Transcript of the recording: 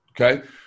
okay